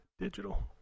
digital